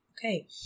okay